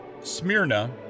Smyrna